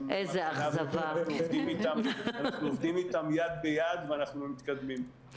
אנחנו עובדים איתם יד ביד ואנחנו מתקדמים.